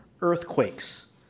earthquakes